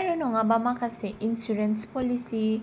आरो नंगाबा माखासे इन्सुरेन्स पलिसि